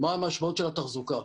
מה המשמעות של התחזוקה.